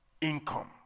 income